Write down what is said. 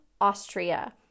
Austria